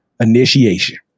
initiation